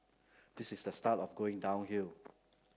this is the start of going downhill